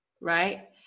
right